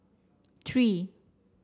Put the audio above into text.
three